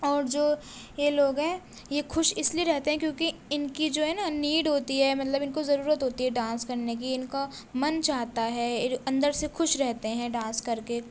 اور جو یہ لوگ ہیں یہ خوش اس لیے رہتے ہیں کیوں کہ ان کی جو ہے نا نیڈ ہوتی ہے مطلب ان کو ضرورت ہوتی ہے ڈانس کرنے کی ان کا من چاہتا ہے ایر اندر سے خوش رہتے ہیں ڈانس کر کے